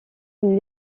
une